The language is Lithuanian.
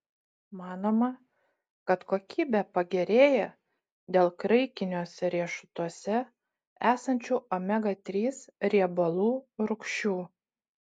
manoma kad kokybė pagerėja dėl graikiniuose riešutuose esančių omega trys riebalų rūgščių